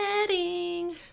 Wedding